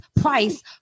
price